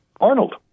Arnold